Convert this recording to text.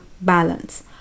balance